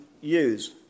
use